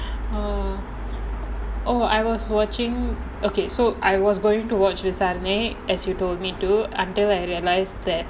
ah oh I was watching okay so I was going to watch this anime as you told me to until I realised that